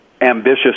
ambitious